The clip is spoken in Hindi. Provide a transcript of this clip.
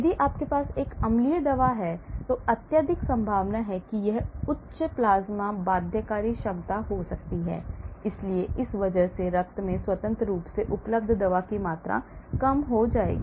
यदि आपके पास एक अम्लीय दवा है अत्यधिक संभावना है इसकी उच्च प्लाज्मा बाध्यकारी क्षमता हो सकती है इसलिए इस वजह से रक्त में स्वतंत्र रूप से उपलब्ध दवा की मात्रा कम हो जाएगी